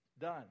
done